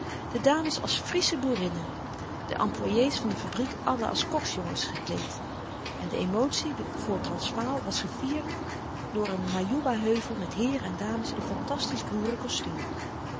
de dames als friesche boerinnen de employés van de fabriek allen als koksjongens gekleed en de emotie voor transvaal was gevierd door een majuba heuvel met heeren en dames in fantastisch